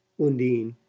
undine,